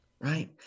right